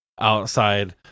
outside